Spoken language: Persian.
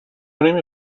نمی